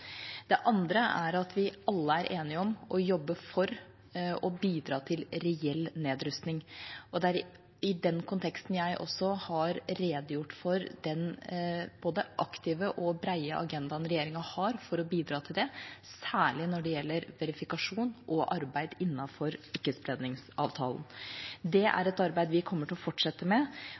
Det andre er at vi alle er enige om å jobbe for å bidra til reell nedrustning. Det er i den konteksten jeg også har redegjort for den både aktive og brede agendaen regjeringa har for å bidra til det, særlig når det gjelder verifikasjon og arbeid innenfor ikkespredningsavtalen. Det er et arbeid vi kommer til å fortsette med.